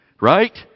Right